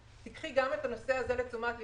שתקחי גם את הנושא הזה לתשומת לבך,